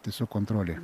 tiesiog kontrolei